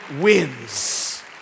wins